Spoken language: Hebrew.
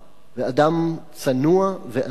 ואדם צנוע ועניו מאוד,